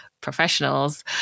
professionals